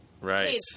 Right